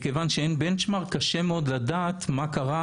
מכיוון שאין בנצ'מרק קשה מאוד לדעת מה קרה